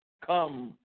come